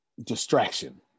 distraction